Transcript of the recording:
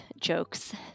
jokes